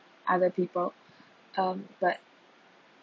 other people um but